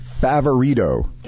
Favorito